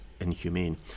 inhumane